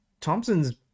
Thompson's